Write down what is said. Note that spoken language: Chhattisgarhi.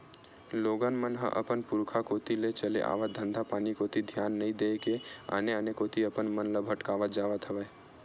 लोगन मन ह अपन पुरुखा कोती ले चले आवत धंधापानी कोती धियान नइ देय के आने आने कोती अपन मन ल भटकावत जावत हवय